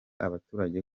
abaturage